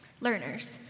learners